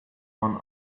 one